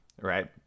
right